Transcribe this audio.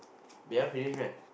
we haven't finish meh